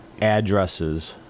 addresses